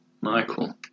Michael